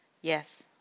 Yes